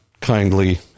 kindly